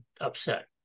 upset